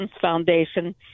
Foundation